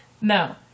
no